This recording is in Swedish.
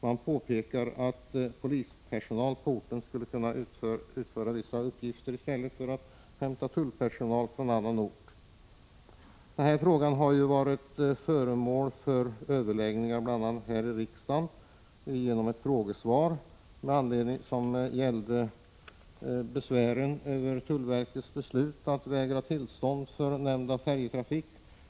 Man påpekar att polispersonal på orten skulle kunna utföra vissa uppgifter i stället för att hämta tullpersonal från annan ort. Frågan har under hösten varit föremål för överläggning här i riksdagen med anledning av ett frågesvar som gällde besvär över tullverkets beslut att vägra tillstånd för nämnda färjetrafik.